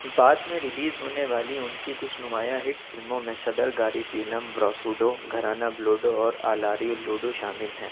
بعد میں ریلیز ہونے والی ان کی کچھ نمایاں ہٹ فلموں میں صدر گاری پیلم وراسوڈو گھرانہ بلوڈو اور آلاری اللوڈو شامل ہیں